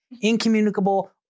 Incommunicable